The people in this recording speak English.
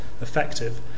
effective